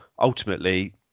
ultimately